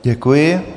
Děkuji.